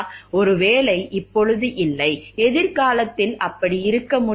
ஒருவேளை இப்போது இல்லை எதிர்காலத்தில் அப்படி இருக்க முடியுமா